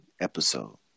episode